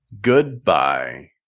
Goodbye